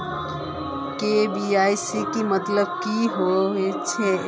KYC मतलब की होचए?